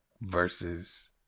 versus